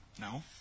No